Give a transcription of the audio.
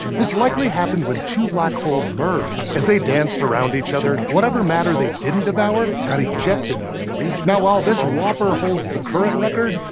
this likely happened when two black holes merged. as they danced around each other, whatever matter they didn't devour got ejected out of the region. now, while this whopper holds the current record,